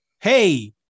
hey